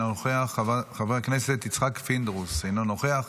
אינו נוכח,